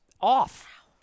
off